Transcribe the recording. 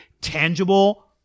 tangible